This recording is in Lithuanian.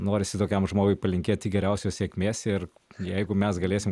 norisi tokiam žmogui palinkėti geriausios sėkmės ir jeigu mes galėsim